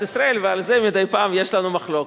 ועל זה מדי פעם יש לנו מחלוקת.